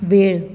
वेळ